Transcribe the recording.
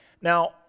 now